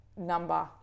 number